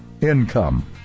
income